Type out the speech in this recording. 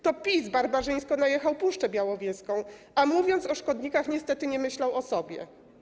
To PiS barbarzyńsko najechał Puszczę Białowieską, a mówiąc o szkodnikach, niestety, nie myślał o sobie.